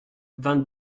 vingt